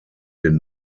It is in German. den